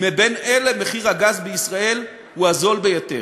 בין אלה הגז בישראל הוא הזול ביותר.